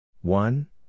One